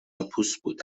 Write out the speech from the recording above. ﺍﺧﺘﺎﭘﻮﺱ